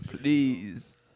Please